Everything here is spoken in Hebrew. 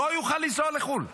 לא יוכל לנסוע לחו"ל.